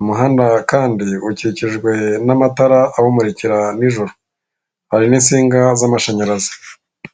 umuhanda kandi ukikijwe n'amatara abamurikira nijoro hari n'insinga z'amashanyarazi.